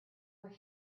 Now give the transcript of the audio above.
were